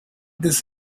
this